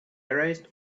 erased